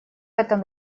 этом